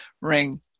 ring